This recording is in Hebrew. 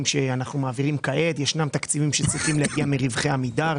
שאנחנו מעבירים כעת וישנם תקציבים שצריכים להגיע מרווחי עמידר.